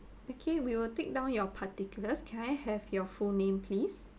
okay we will take down your particulars can I have your full name please